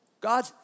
God